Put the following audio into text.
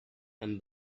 and